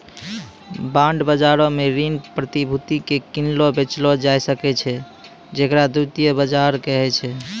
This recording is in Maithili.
बांड बजारो मे ऋण प्रतिभूति के किनलो बेचलो जाय सकै छै जेकरा द्वितीय बजार कहै छै